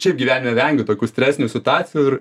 šiaip gyvenime vengiu tokių stresinių situacijų ir